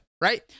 right